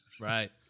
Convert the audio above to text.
Right